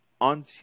on